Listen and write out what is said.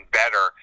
better